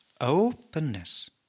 openness